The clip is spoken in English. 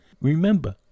Remember